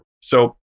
So-